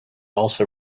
also